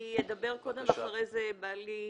אני אדבר קודם ואחרי כן בעלי ידבר.